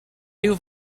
rhyw